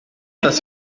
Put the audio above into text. das